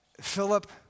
Philip